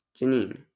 Janine